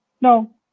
No